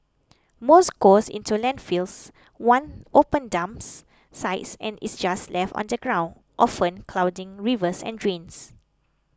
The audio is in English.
most goes into landfills one open dumps sites and is just left on the ground often clogging rivers and drains